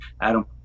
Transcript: Adam